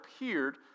appeared